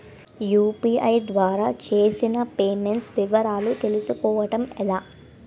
UPI ద్వారా చేసిన payments వివరాలు తెలుసుకోవటం ఎలా?